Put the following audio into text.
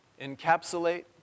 encapsulate